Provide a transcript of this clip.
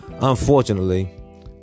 Unfortunately